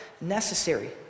necessary